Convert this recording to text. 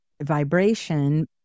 vibration